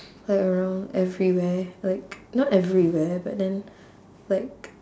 like around everywhere like not everywhere but then like